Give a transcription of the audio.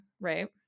right